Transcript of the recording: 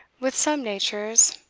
with some natures,